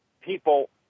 people